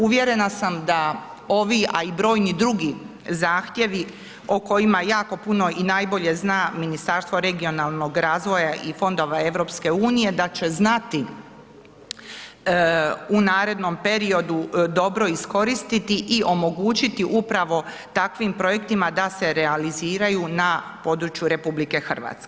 Uvjerena sam da ovi, a i brojni drugi zahtjevi o kojima jako puno i najbolje zna Ministarstvo regionalnog razvoja i fondova EU da će znati u narednom periodu dobro iskoristiti i omogućiti upravo takvim projektima da se realiziraju na području RH.